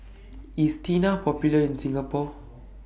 IS Tena Popular in Singapore